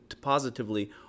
positively